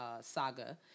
saga